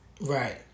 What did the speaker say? Right